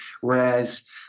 Whereas